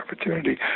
opportunity